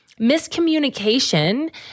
Miscommunication